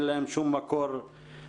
אין להן שום מקור הכנסה.